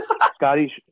Scotty